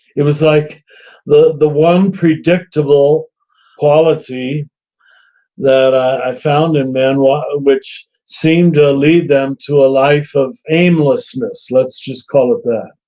it was like the the one predictable quality that i found in men, which seemed to lead them to a life of aimlessness. let's just call it that.